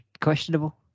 questionable